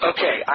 Okay